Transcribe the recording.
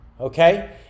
okay